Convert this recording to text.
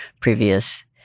previous